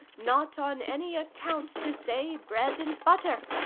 not on any account to say bread and butter